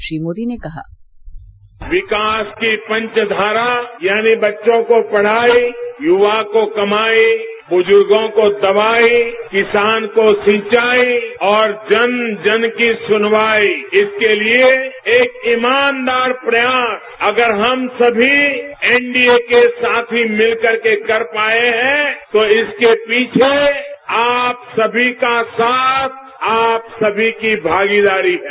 श्री मोदी ने कहा विकास की पंचधारा यानी बच्चों को पढ़ाई युवा को कमाई बुजुर्गों को दवाई किसान को सिंचाई और जन जन की सुनवाई इसके लिए एक ईमानदार प्रयास अगर हम सभी एनडीए के साथी मिलकर के कर पाएं हैं तो इसके पीछे आप सभी का साथ आप सभी की भागीदारी है